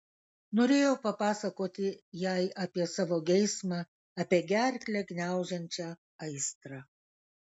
norėjo papasakoti jai apie savo geismą apie gerklę gniaužiančią aistrą